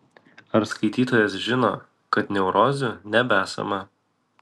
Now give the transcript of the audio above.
ar skaitytojas žino kad neurozių nebesama